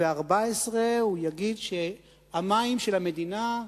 הוא יגיד שהמים של המדינה,